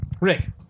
Rick